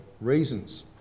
reasons